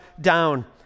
down